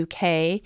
UK